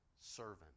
servant